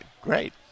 Great